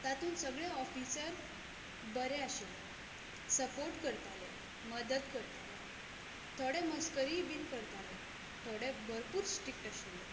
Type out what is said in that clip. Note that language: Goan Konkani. तातून सगळे ऑफिसर बरे आशिल्ले सपोट करताले मदत करताले थोडे मस्करीय बीन करताले थोडे भरपूर स्ट्रिक्ट आशिल्ले